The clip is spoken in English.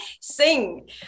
sing